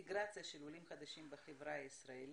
ועדת משנה לעניין אינטגרציה של עולים חדשים בחברה הישראלית.